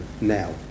now